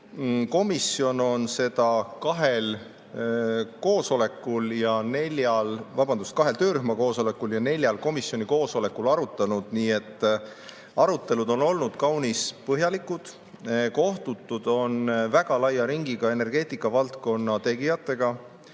Komisjon on seda kahel töörühma koosolekul ja neljal komisjoni koosolekul arutanud, nii et arutelud on olnud kaunis põhjalikud. Kohtutud on väga laia ringiga energeetikavaldkonna tegijatega,